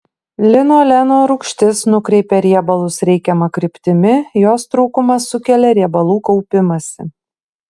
linoleno rūgštis nukreipia riebalus reikiama kryptimi jos trūkumas sukelia riebalų kaupimąsi